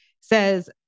says